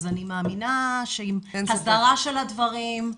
אז אני מאמינה שעם הסדרה של הדברים.